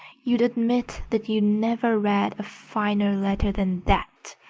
you'd admit that you never read a finer letter than that,